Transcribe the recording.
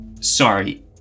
Sorry